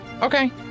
Okay